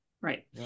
Right